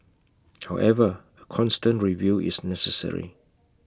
however A constant review is necessary